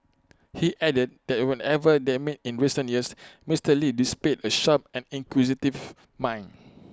he added that whenever they met in recent years Mister lee displayed A sharp and inquisitive mind